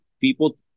people